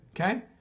okay